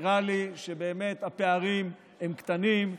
נראה לי שבאמת הפערים הם קטנים.